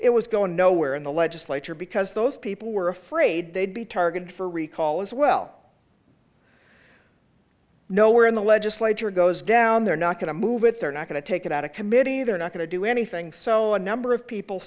it was going nowhere in the legislature because those people were afraid they'd be targeted for recall as well no we're in the legislature goes down they're not going to move it they're not going to take it out of committee they're not going to do anything so a number of people